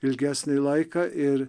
ilgesnį laiką ir